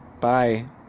bye